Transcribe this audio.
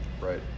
Right